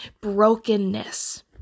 brokenness